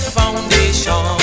foundation